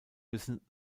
müssen